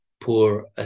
Poor